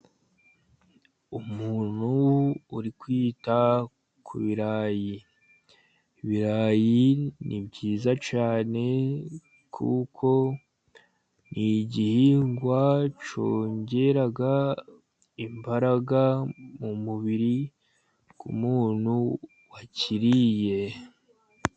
Umuntu urimo kwita ku birayi . Ibirayi ni byiza cyane , kuko ni igihingwa cyongerera imbaraga umubiri w'umuntu wakiriye .